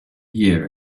year